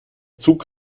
zug